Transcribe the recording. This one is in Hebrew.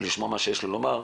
אתם מתערבים?